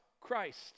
Christ